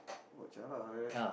!wah! jialat ah like that